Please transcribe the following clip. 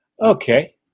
Okay